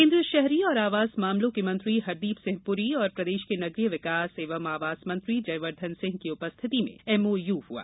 केन्द्रीय शहरी और आवास मामलों के मंत्री हरदीप सिंह पूरी और प्रदेश के नगरीय विकास एवं आवास मंत्री जयवर्द्धन सिंह की उपस्थिति में एमओयू हुआ